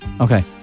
Okay